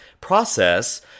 process